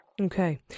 Okay